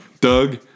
Doug